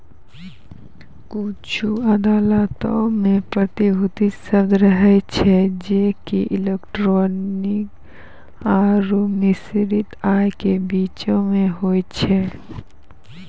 कुछु अदालतो मे प्रतिभूति शब्द रहै छै जे कि इक्विटी आरु निश्चित आय के बीचो मे होय छै